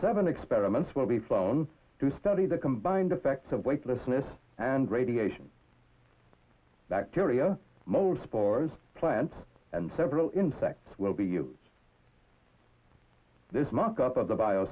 seven experiments will be flown to study the combined effects of weightlessness and radiation bacteria mold spores plants and several insects will be you this mock up of the bio